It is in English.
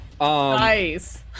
Nice